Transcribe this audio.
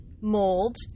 mold